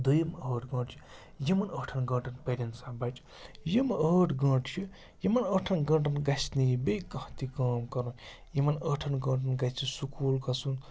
دوٚیِم ٲٹھ گٲنٛٹہٕ چھِ یِمَن ٲٹھَن گٲنٛٹَن پٔرِن سا بَچہِ یِم ٲٹھ گٲنٛٹہٕ چھِ یِمَن ٲٹھَن گٲنٛٹَن گژھِ نہٕ یہِ بیٚیہِ کانٛہہ تہِ کٲم کَرُن یِمَن ٲٹھَن گٲنٛٹَن گژھِ سکوٗل گَژھُن